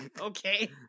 Okay